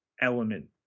element